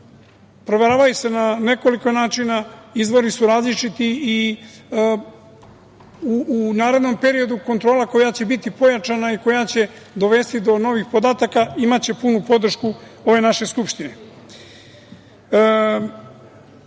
Proveravaju se na nekoliko načina, izvori su različiti i u narednom periodu kontrola koja će biti pojačana i koja će dovesti do novih podataka imaće punu podršku ove naše Skupštine. Kako